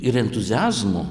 ir entuziazmu